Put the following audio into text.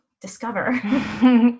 discover